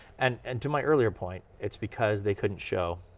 and and to my earlier point, it's because they couldn't show.